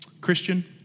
Christian